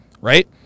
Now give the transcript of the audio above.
Right